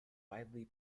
widely